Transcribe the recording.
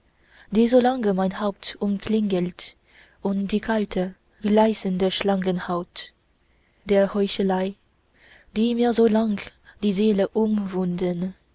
die so lange mein haupt umklingelt und die kalte gleißende schlangenhaut der heuchelei die mir so lang die seele umwunden